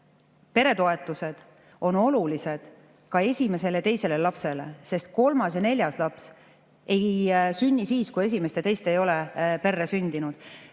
peretoetused on olulised ka esimesele ja teisele lapsele, sest kolmas ja neljas laps ei sünni siis, kui esimest ja teist ei ole perre sündinud.